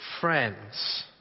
friends